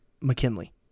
McKinley